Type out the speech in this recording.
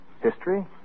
History